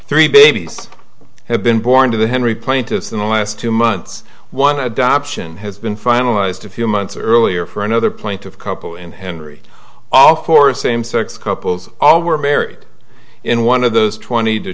three babies have been born to the henry plaintiffs in the last two months one adoption has been finalized a few months earlier for another point of couple and henry all for same sex couples all were married in one of those twenty to